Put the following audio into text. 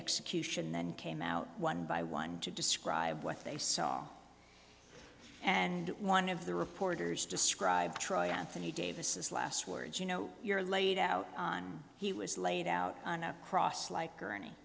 execution then came out one by one to describe what they saw and one of the reporters described troy anthony davis last words you know you're laid out on he was laid out on a cross like